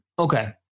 Okay